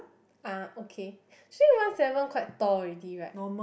ah okay actually one seven quite tall already right